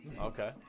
Okay